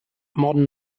modern